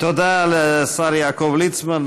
תודה לשר יעקב ליצמן.